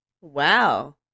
Wow